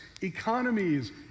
economies